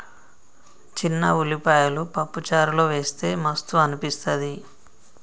చిన్న ఉల్లిపాయలు పప్పు చారులో వేస్తె మస్తు అనిపిస్తది